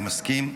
אני מסכים.